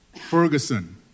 Ferguson